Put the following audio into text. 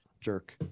jerk